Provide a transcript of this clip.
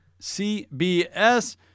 CBS